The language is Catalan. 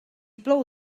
plou